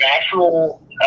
natural